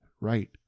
right